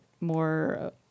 more